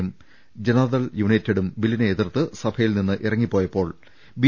യും ജനതാ ദൾ യുണൈറ്റഡും ബില്ലിനെ എതിർത്ത് സഭയിൽനിന്ന് ഇറ ങ്ങിപ്പോയപ്പോൾ ബി